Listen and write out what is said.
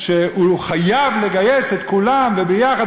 שהוא חייב לגייס את כולם וביחד,